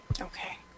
Okay